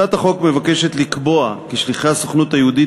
הצעת החוק מבקשת לקבוע כי שליחי הסוכנות היהודית